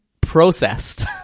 processed